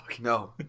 No